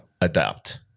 adapt